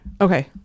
Okay